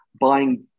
buying